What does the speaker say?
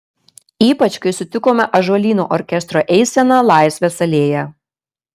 ypač kai sutikome ąžuolyno orkestro eiseną laisvės alėja